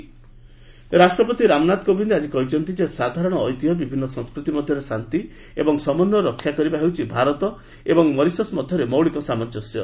ପ୍ରେକ Hindi secretariat ରାଷ୍ଟ୍ରପତି ରାମନାଥ କୋବିନ୍ଦ ଆଜି କହିଛନ୍ତି ଯେ ସାଧାରଣ ଐତିହ୍ୟ ବିଭିନ୍ନ ସଂସ୍କୃତି ମଧ୍ୟରେ ଶାନ୍ତି ଏବଂ ସମନ୍ୱୟ ରକ୍ଷା କରିବା ହେଉଛି ଭାରତ ଏବଂ ମରିସସ୍ ମଧ୍ୟରେ ମୌଳିକ ସାମଞ୍ଜସ୍ୟ